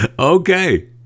okay